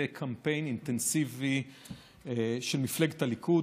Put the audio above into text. קמפיין אינטנסיבי של מפלגת הליכוד,